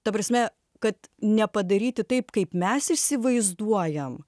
ta prasme kad nepadaryti taip kaip mes įsivaizduojam